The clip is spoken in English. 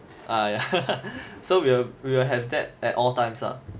ah yeah so we'll we'll have that at all times lah